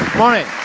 morning.